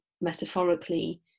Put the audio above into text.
metaphorically